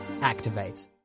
activate